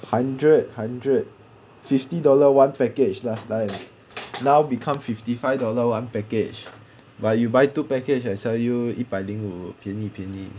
hundred hundred fifty dollar one package last time now become fifty five dollar one package but you buy two package I sell you 一百零五便宜便宜